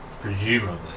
Presumably